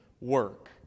work